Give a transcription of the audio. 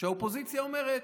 שהאופוזיציה אומרת,